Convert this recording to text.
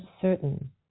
certain